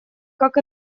как